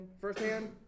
Firsthand